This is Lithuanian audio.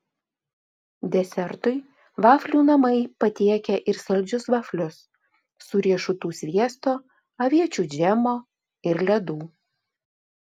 desertui vaflių namai patiekia ir saldžius vaflius su riešutų sviesto aviečių džemo ir ledų